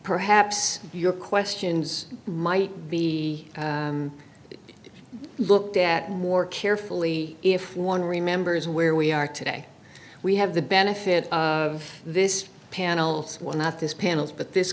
perhaps your questions might be looked at more carefully if one remembers where we are today we have the benefit of this panel so why not this panels but this